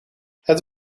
het